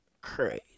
Crazy